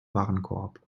warenkorb